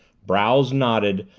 brows knotted,